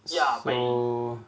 so